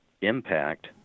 impact